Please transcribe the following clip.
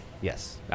yes